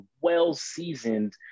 well-seasoned